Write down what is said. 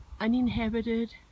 uninhabited